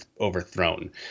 overthrown